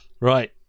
Right